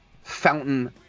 fountain